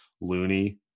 Looney